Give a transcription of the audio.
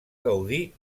gaudir